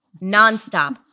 Non-stop